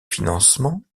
financement